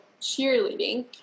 cheerleading